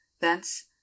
Thence